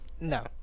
No